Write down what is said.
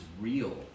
real